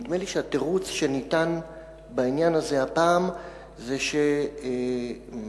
נדמה לי שהתירוץ שניתן בעניין הזה הפעם זה שממש